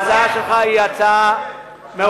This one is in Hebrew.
ההצעה שלך היא הצעה מעולה,